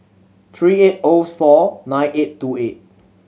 three eight O four nine eight two eight